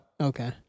Okay